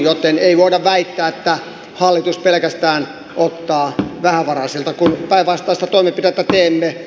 joten ei voida väittää että hallitus pelkästään ottaa vähävaraisilta kun päinvastaista toimenpidettä teemme